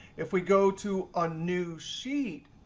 if we go to a new sheet,